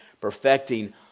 perfecting